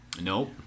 Nope